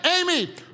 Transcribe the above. Amy